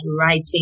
writing